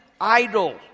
idol